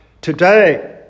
today